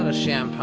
ah shift